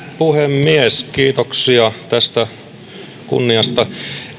puhemies kiitoksia tästä kunniasta